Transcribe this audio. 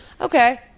Okay